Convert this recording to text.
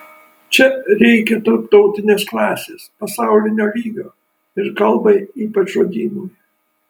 čia reikia tarptautinės klasės pasaulinio lygio ir kalbai ypač žodynui